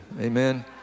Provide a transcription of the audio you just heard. amen